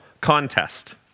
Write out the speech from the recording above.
contest